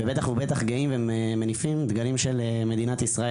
ובטח ובטח גאים ומניפים דגלים של מדינת ישראל.